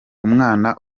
umwana